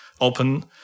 open